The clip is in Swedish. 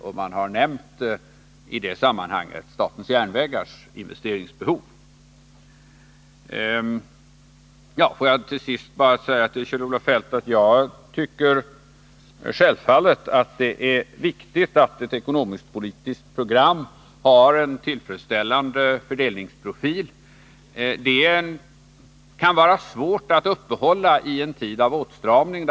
I det sammanhanget har statens järnvägars investeringsbehov nämnts. Får jag sedan bara till sist säga till Kjell-Olof Feldt att jag självfallet tycker att det är viktigt att ett ekonomiskt-politiskt program har en tillfredsställande fördelningsprofil. Det kan emellertid vara svårt att klara detta i en tid av åtstramning.